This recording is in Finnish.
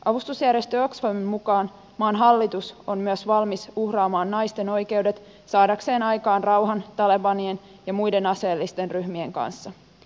avustusjärjestö oxfamin mukaan maan hallitus on myös valmis uhraamaan naisten oikeudet saadakseen aikaan rauhan talebanien ja muiden aseellisten ryhmien kanssa